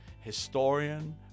historian